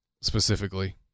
specifically